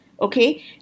okay